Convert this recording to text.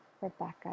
Rebecca